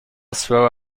throw